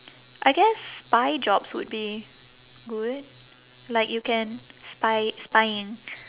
I guess spy jobs would be good like you can spy spying